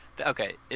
Okay